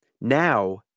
Now